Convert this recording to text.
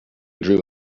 drew